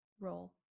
role